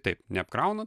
taip neapkrauna